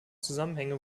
zusammenhänge